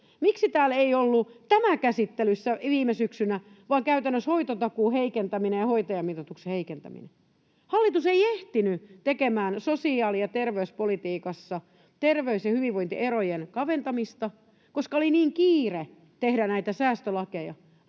syksynä ollut tämä käsittelyssä vaan käytännössä hoitotakuun heikentäminen ja hoitajamitoituksen heikentäminen? Hallitus ei ehtinyt tekemään sosiaali- ja terveyspolitiikassa terveys- ja hyvinvointierojen kaventamista, koska oli niin kiire tehdä näitä säästölakeja.